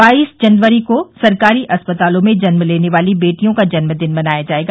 बाईस जनवरी को सरकारी अस्पतालों में जन्म लेने वाली बेटियों का जन्मदिन मनाया जायेगा